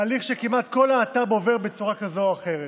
תהליך שכמעט כל להט"ב עובר בצורה כזאת או אחרת.